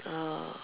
uh